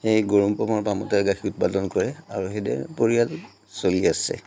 এই গৰু ম'হৰ পামতে গাখীৰ উৎপাদন কৰে আৰু সেইদৰে পৰিয়াল চলি আছে